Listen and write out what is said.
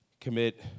commit